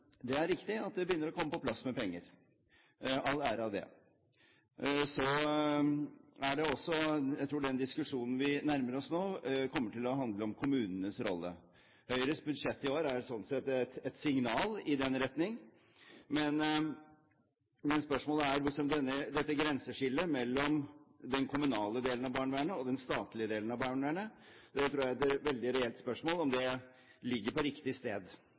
Det er riktig at det begynner å komme på plass penger – all ære for det. Jeg tror den diskusjonen vi nærmer oss nå, kommer til å handle om kommunenes rolle. Høyres budsjett i år er sånn sett et signal i den retning. Men spørsmålet er jo dette grenseskillet mellom den kommunale delen av barnevernet og den statlige delen av barnevernet, om det ligger på riktig sted.